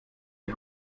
die